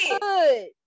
good